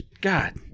God